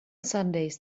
sundays